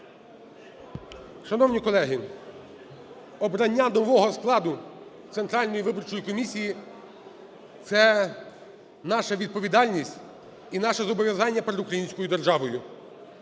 Шановні колеги, обрання нового складу Центральної виборчої комісії – це наша відповідальність і наше зобов'язання перед українською державою.